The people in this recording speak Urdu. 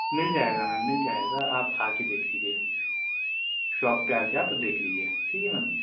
مل جائے گا میم مل جائے گا آپ آ کے دیکھ لیجیے شاپ پہ آ کے آپ دیکھ لیجیے ٹھیک ہے میم